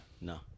No